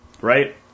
right